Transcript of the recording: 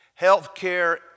Healthcare